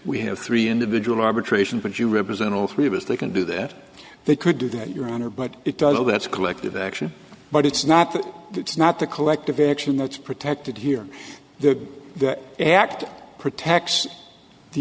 we have three individual arbitration but you represent all three of us they can do that they could do that your honor but it does show that's collective action but it's not it's not the collective action that's protected here the act protects the